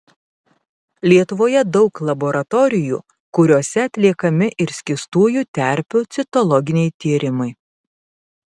lietuvoje daug laboratorijų kuriose atliekami ir skystųjų terpių citologiniai tyrimai